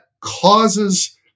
causes